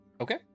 Okay